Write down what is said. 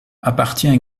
appartient